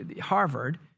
Harvard